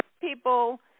people